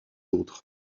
autres